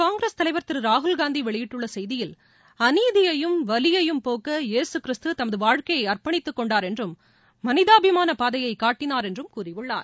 காங்கிரஸ் தலைவர் திரு ராகுல்காந்தி வெளியிட்டுள்ள செய்தியில் அநீதியையும் வலியையும் போக்க யேசு கிறிஸ்து தமது வாழ்க்கையை அர்ப்பணித்துக் கொண்டார் என்றும் மனிதாபிமானப் பாதையை காட்டினார் என்றும் கூறியுள்ளார்